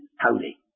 holy